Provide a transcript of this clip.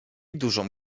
dużą